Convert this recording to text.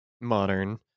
Modern